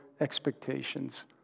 expectations